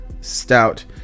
stout